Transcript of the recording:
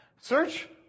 search